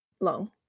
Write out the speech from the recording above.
long